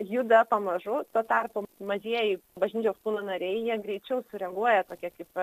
juda pamažu tuo tarpu mažieji bažnyčios kūno nariai jie greičiau sureaguoja tokie kaip